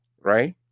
right